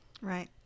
Right